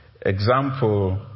example